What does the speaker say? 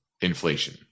inflation